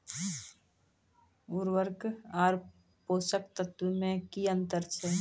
उर्वरक आर पोसक तत्व मे की अन्तर छै?